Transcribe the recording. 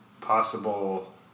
possible